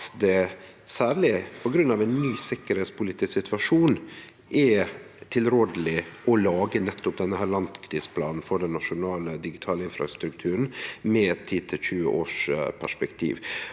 at det særleg på grunn av ein ny sikkerheitspolitisk situasjon er tilrådeleg å lage nettopp denne langtidsplanen for den nasjonale digitale infrastrukturen med eit 10–20-årsperspektiv.